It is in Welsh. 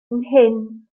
nghyn